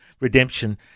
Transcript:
redemption